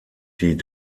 die